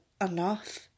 enough